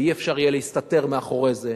ואי-אפשר יהיה להסתתר מאחורי זה.